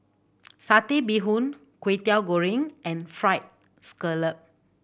Satay Bee Hoon Kwetiau Goreng and Fried Scallop